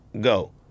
Go